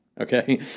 Okay